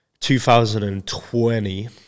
2020